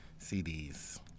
CDs